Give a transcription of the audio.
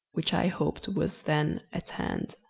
which i hoped was then at hand.